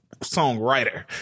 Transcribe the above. songwriter